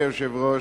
התשס"ט 2009,